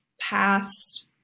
past